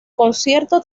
concierto